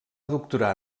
doctorar